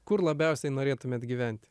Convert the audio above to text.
kur labiausiai norėtumėt gyventi